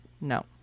No